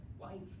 life